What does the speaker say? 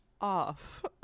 off